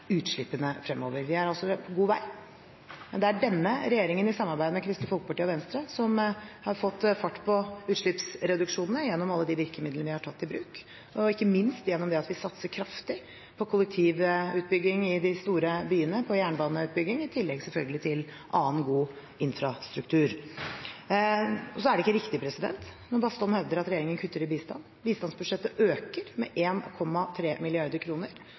utslippene fremover. Vi er altså på god vei. Det er denne regjeringen, i samarbeid med Kristelig Folkeparti og Venstre, som har fått fart på utslippsreduksjonene, gjennom alle de virkemidlene vi har tatt i bruk, og ikke minst gjennom ved at vi satser kraftig på kollektivutbygging i de store byene og på jernbaneutbygging, i tillegg selvfølgelig til annen god infrastruktur. Så er det ikke riktig, som Bastholm hevder, at regjeringen kutter i bistand. Bistandsbudsjettet øker med